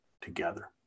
together